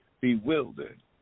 bewildered